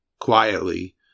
quietly